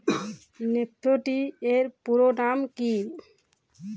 Nifty এর পুরোনাম কী?